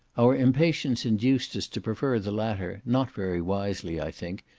our impatience induced us to prefer the latter, not very wisely, i think,